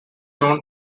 known